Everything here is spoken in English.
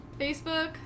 Facebook